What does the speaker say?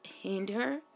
hinder